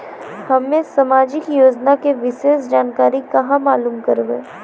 हम्मे समाजिक योजना के विशेष जानकारी कहाँ मालूम करबै?